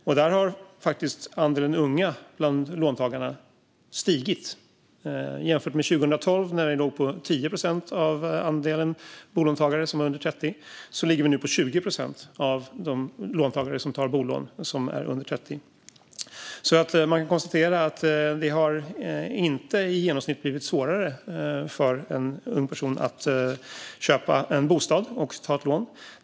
Där ser man att andelen unga bland låntagarna faktiskt stigit. År 2012 låg andelen låntagare under 30 år som tog bolån på 10 procent, och nu ligger den på 20 procent. Man kan konstatera att det inte i genomsnitt har blivit svårare för en ung person att köpa en bostad och ta ett lån.